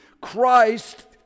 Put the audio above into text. Christ